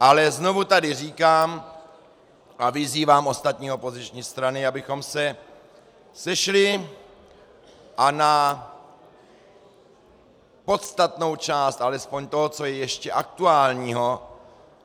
Ale znovu tady říkám a vyzývám ostatní opoziční strany, abychom se sešli a na podstatnou část alespoň toho, co je ještě aktuálního